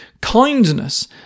kindness